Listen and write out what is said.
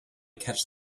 catch